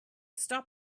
stop